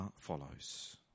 follows